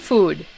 Food